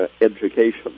education